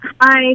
Hi